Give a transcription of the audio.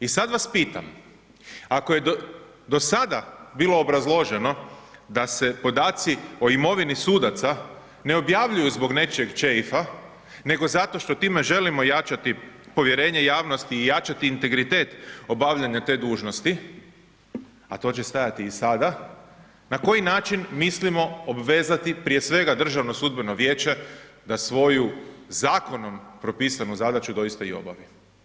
I sad vas pitam, ako je do sada bilo obrazloženo da se podaci o imovini sudaca ne objavljuju zbog nečijeg ćeifa nego zato što time želimo jačati povjerenje javnosti i jačati integritet obavljanja te dužnosti, a to će stajati i sada, na koji način mislimo obvezati, prije svega Državno sudbeno vijeće da svoju zakonom propisanu zadaću doista i obavi.